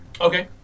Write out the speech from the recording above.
Okay